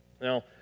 Now